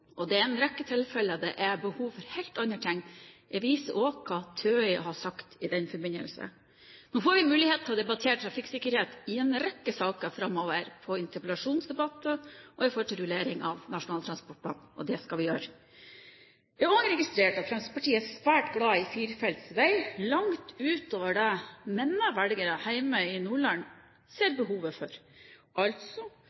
og det er en rekke tilfeller der det er behov for helt andre ting. Jeg viser også til hva TØI har sagt i den forbindelse. Nå får vi mulighet til å debattere trafikksikkerhet i en rekke saker framover – i interpellasjonsdebatter og i forbindelse med rulleringen av Nasjonal transportplan, og det skal vi gjøre. Jeg har også registrert at Fremskrittspartiet er svært glad i firefeltsveier, langt utover det mine velgere hjemme i Nordland ser